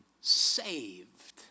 saved